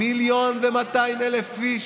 מיליון ו-200,000 איש